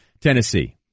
Tennessee